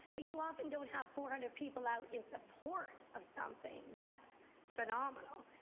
but you often don't have four hundred people out in support of something. that's phenomenal.